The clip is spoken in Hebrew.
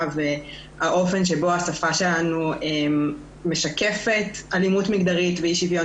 והאופן שבו השפה שלנו משקפת אלימות מגדרית ואי-שוויון